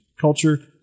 culture